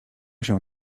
się